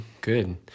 Good